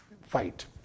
Fight